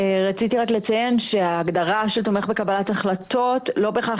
רציתי לציין שההגדרה "תומך בקבלת החלטות" לא בהכרח